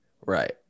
Right